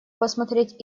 посмотреть